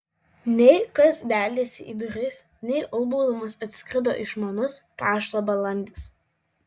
nei kas beldėsi į duris nei ulbaudamas atskrido išmanus pašto balandis